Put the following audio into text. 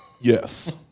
Yes